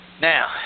Now